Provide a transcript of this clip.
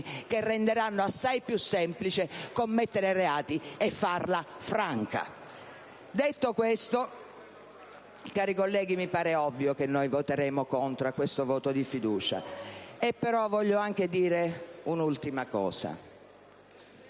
che renderanno assai più semplice commettere reati e farla franca. Detto questo, cari colleghi, mi pare ovvio che voteremo contro in questo voto di fiducia, e però voglio anche dire un'ultima cosa.